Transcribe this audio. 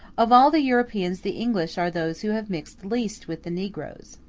of all the europeans the english are those who have mixed least with the negroes.